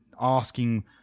asking